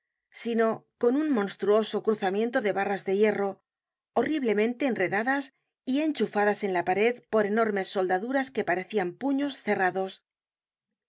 sino con un monstruoso cruzamiento de barras de hierro horriblemente enredadas y enchufadas en la pared por enormes soldaduras que parecian puños cerrados